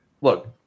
look